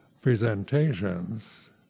presentations